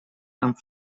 amb